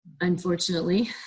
unfortunately